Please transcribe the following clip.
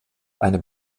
eine